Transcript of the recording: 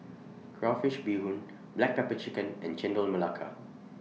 Crayfish Beehoon Black Pepper Chicken and Chendol Melaka